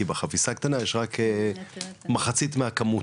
כי בחפיסה הקטנה יש רק מחצית מהכמות,